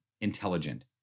intelligent